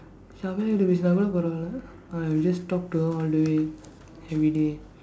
கிட்ட பேசுனாக்கூட பரவாயில்லை:kitda peesunaakkuuda paravaayillai uh you just talk to her all the way everyday